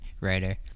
Writer